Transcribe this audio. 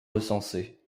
recensés